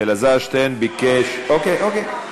אלעזר שטרן ביקש, אוקיי, אוקיי.